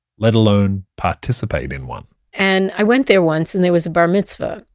let alone participate in one and i went there once and there was a bar mitzvah.